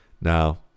Now